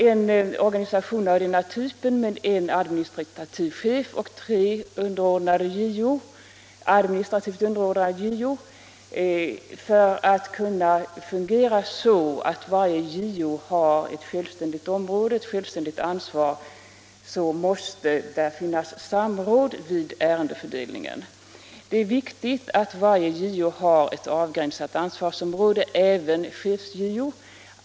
En organisation av denna typ med en administrativ chef och tre administrativt underordnade JO, där varje JO har ett speciellt område och ett självständigt ansvar, måste givetvis vara ordnat så att samråd förekommer vid ärendefördelningen. Det är viktigt att varje JO har ett avgränsat ansvarsområde, även chef-JO.